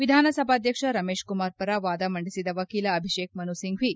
ವಿಧಾನಸಭಾಧ್ಯಕ್ಷ ರಮೇಶ್ ಕುಮಾರ್ ಪರ ವಾದ ಮಂಡಿಸಿದ ವಕೀಲ ಅಭಿಷೇಕ್ ಮನು ಸಿಂಫ್ಟಿ